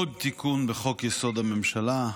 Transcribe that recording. עוד תיקון בחוק-יסוד: הממשלה,